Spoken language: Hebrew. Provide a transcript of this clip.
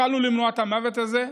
יכולנו למנוע את המוות הזה,